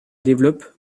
développe